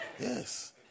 Yes